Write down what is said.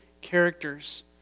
characters